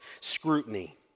scrutiny